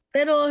Pero